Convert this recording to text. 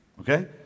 Okay